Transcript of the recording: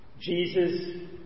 Jesus